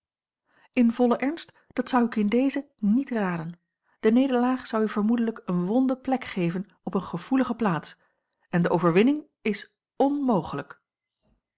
in vollen ernst dat zou ik u in dezen niet raden de nederlaag zou u vermoedelijk eene wonde plek geven op eene gevoelige plaats en de overwinning is onmogelijk